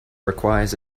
requires